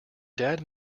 dad